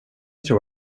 tror